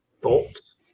Thoughts